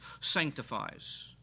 sanctifies